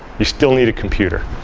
you still need a computer.